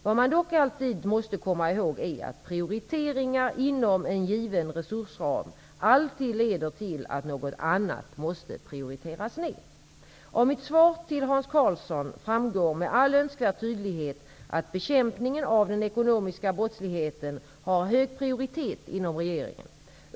Vad man dock alltid måste komma ihåg är att prioriteringar inom en given resursram alltid leder till att något annat måste prioriteras ner. Av mitt svar till Hans Karlsson framgår med all önskvärd tydlighet att bekämpningen av den ekonomiska brottsligheten har hög prioritet inom regeringen.